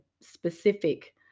specific